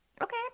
Okay